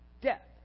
death